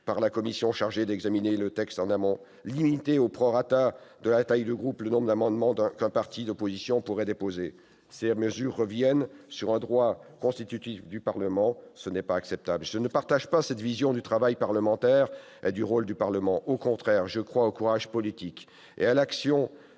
par la commission chargée d'examiner le texte en amont ; la limitation, au prorata de la taille du groupe, du nombre d'amendements pouvant être déposés par un parti d'opposition. Ces mesures reviennent sur un droit constitutif du Parlement : ce n'est pas acceptable. Je ne partage pas cette vision du travail parlementaire et du rôle du Parlement. Au contraire, je crois au courage politique et au caractère